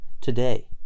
today